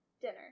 dinner